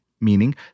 meaning